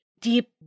deep